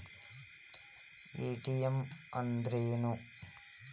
ATM ಅಂದ್ರ ಏನು?